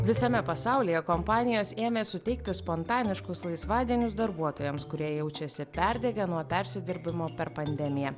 visame pasaulyje kompanijos ėmė suteikti spontaniškus laisvadienius darbuotojams kurie jaučiasi perdegę nuo persidirbimo per pandemiją